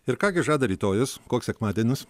ir ką gi žada rytojus koks sekmadienis